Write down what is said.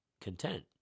content